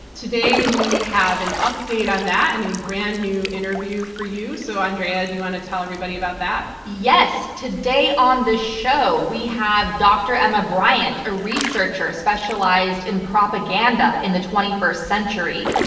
today, we have an update on that in a brand new interview for you. you. so andrea, do you want to tell everybody about that? yes. today on this show, we have dr. emma briant, a researcher specialized in propaganda in the twenty first century.